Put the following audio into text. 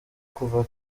kuva